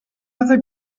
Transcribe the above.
ever